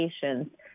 patients